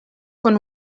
con